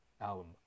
album